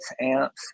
amps